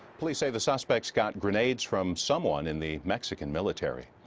police say the suspects got grenades from someone in the mexican military.